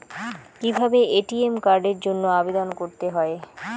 কিভাবে এ.টি.এম কার্ডের জন্য আবেদন করতে হয়?